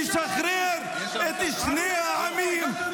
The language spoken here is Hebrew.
תשחרר את שני העמים.